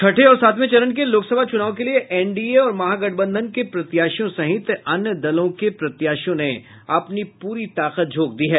छठे और सातवें चरण के लोकसभा चुनाव के लिए एनडीए और महागठबंधन के प्रत्याशियों सहित अन्य दलों के प्रत्याशियों ने अपनी पूरी ताकत झोंक दी है